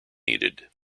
needed